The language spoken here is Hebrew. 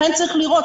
לכן צריך לראות,